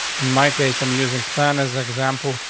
in my case, i'm years explained as an example,